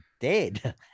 dead